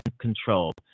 control